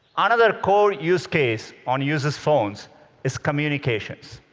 another core use case on users' phones is communications.